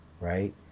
right